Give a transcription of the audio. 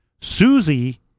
Susie